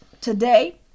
today